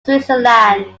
switzerland